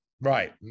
right